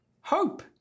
hope